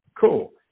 Cool